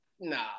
nah